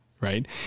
Right